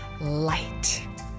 light